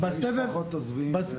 הרבה משפחות עוזבות.